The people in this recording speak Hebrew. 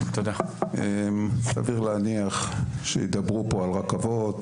סביר להניח שידברו פה על רכבות,